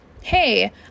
hey